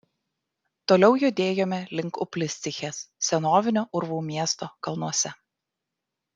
toliau judėjome link upliscichės senovinio urvų miesto kalnuose